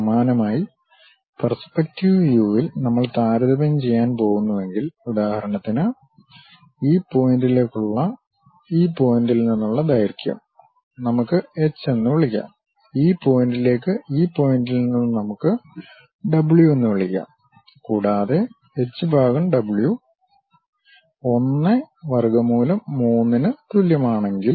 സമാനമായി പെർസ്പെക്ടിവ് വ്യൂവിൽ നമ്മൾ താരതമ്യം ചെയ്യാൻ പോകുന്നുവെങ്കിൽ ഉദാഹരണത്തിന് ഈ പോയിന്റിലേക്കുള്ള ഈ പോയിന്റിൽ നിന്നുള്ള ദൈർഘ്യം നമുക്ക് എച്ച് എന്ന് വിളിക്കാം ഈ പോയിന്റിലേക്ക് ഈ പോയിന്റിൽ നിന്ന് നമുക്ക് ഡബ്ലൂ എന്ന് വിളിക്കാം കൂടാതെ hw 1√3 ക്ക് തുല്യമാണെങ്കിൽ